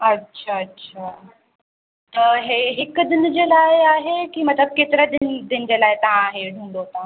अच्छा अच्छा त हीअ हिक दिन जे लाइ आहे की मतिलब केतिरा दिन दिन जे लाइ तव्हां हीअ ढूंढो था